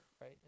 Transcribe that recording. right